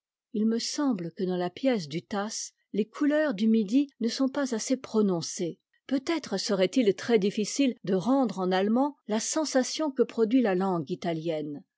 il me semble que dans la pièce du tasse les couleurs du midi ne sont pas assez prononcées peutêtre serait-il très-difficile de rendre en allemand la sensation que produit la langue italienne